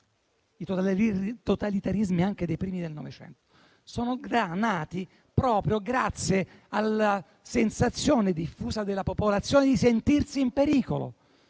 i totalitarismi, anche quelli dei primi del Novecento, sono nati proprio grazie alla sensazione diffusa della popolazione di sentirsi in pericolo;